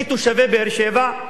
כתושבי באר-שבע,